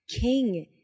king